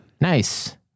Nice